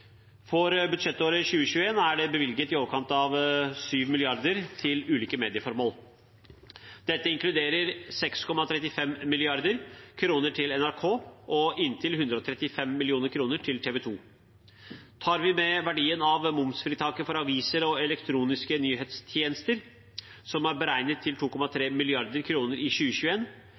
For budsjettåret 2021 er det bevilget i overkant av 7 mrd. kr til ulike medieformål. Dette inkluderer 6,35 mrd. kr til NRK og inntil 135 mill. kr til TV 2. Tar vi med verdien av momsfritaket for aviser og elektroniske nyhetstjenester, som er beregnet til 2,3 mrd. kr i